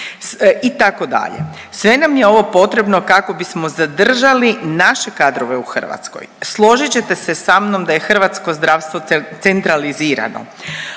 plaću itd. Sve nam je ovo potrebno kako bismo zadržali naše kadrove u Hrvatskoj. Složit ćete se sa mnom da je hrvatsko zdravstvo centralizirano.